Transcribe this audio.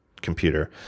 computer